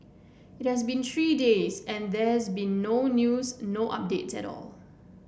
it has been three days and there has been no news no updates at all